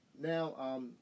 Now